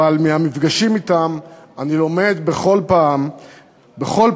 אבל מהמפגשים אתם אני לומד בכל פעם מחדש